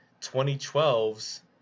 2012's